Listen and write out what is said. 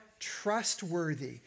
trustworthy